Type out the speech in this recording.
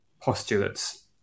postulates